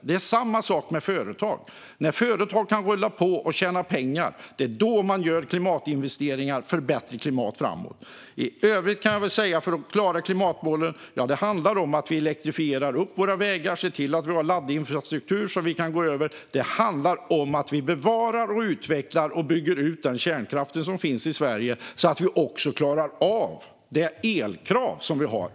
Det är samma sak med företag. När företag kan rulla på och tjäna pengar gör de klimatinvesteringar för bättre klimat framöver. I övrigt kan jag säga: Om vi ska klara klimatmålen handlar det om att vi elektrifierar våra vägar och ser till att vi har laddinfrastruktur. Det handlar om att vi bevarar, utvecklar och bygger ut den kärnkraft som finns i Sverige, så att vi klarar av det elkrav som vi har.